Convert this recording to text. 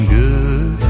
good